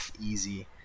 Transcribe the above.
easy